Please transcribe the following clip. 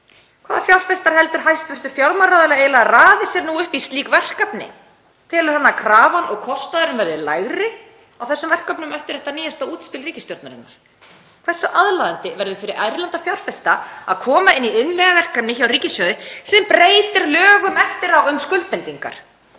Hvaða fjárfestar heldur hæstv. fjármálaráðherra eiginlega að raði sér nú upp í slík verkefni? Telur hann að krafan og kostnaðurinn verði lægri á þessum verkefnum eftir þetta nýjasta útspil ríkisstjórnarinnar? Hversu aðlaðandi verður fyrir erlenda fjárfesta að koma inn í innviðaverkefni hjá ríkissjóði sem breytir lögum eftir á um skuldbindingar?